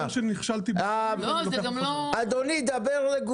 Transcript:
בעוד שנתיים אלא אני צריך לענות באופן מיידי על החוסר הזה